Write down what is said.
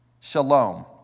Shalom